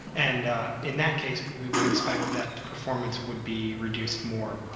and in that case we would expect that performance would be reduced more.